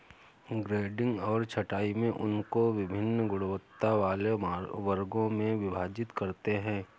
grading और छँटाई में ऊन को वभिन्न गुणवत्ता वाले वर्गों में विभाजित करते हैं